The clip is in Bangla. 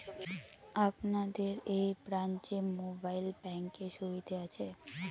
আপনাদের এই ব্রাঞ্চে মোবাইল ব্যাংকের সুবিধে আছে?